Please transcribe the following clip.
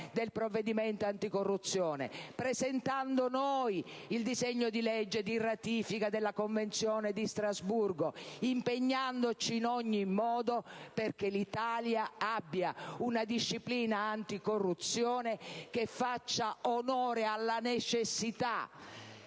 del provvedimento anticorruzione, presentando noi il disegno di legge di ratifica della Convenzione di Strasburgo ed impegnandoci in ogni modo perché l'Italia abbia una disciplina anticorruzione che faccia onore alla necessità